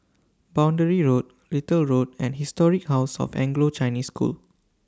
Boundary Road Little Road and Historic House of Anglo Chinese School